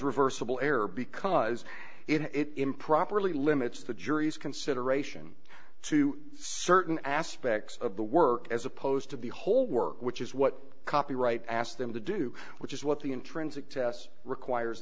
reversible error because it improperly limits the jury's consideration to certain aspects of the work as opposed to the whole work which is what copyright asked them to do which is what the intrinsic test requires